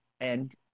and-